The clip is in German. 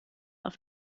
auf